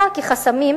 אלא כחסמים,